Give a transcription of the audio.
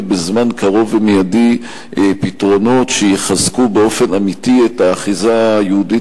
בזמן קרוב ומיידי פתרונות שיחזקו באופן אמיתי את האחיזה היהודית